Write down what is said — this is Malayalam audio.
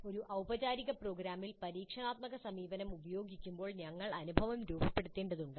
ഒരു ഊപചാരിക പ്രോഗ്രാമിൽ പരീക്ഷണാത്മക സമീപനം ഉപയോഗിക്കുമ്പോൾ ഞങ്ങൾ അനുഭവം രൂപപ്പെടുത്തേണ്ടതുണ്ട്